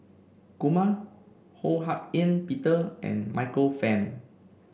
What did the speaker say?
Kumar Ho Hak Ean Peter and Michael Fam